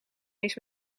eens